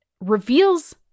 Reveals